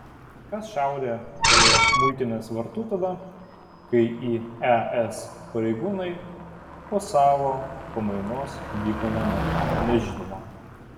kas šaudė prie muitinės vartų tada kai į es pareigūnai po savo pamainos vyko namo nežinoma